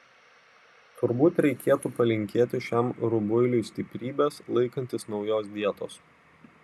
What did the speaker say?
turbūt reikėtų palinkėti šiam rubuiliui stiprybės laikantis naujos dietos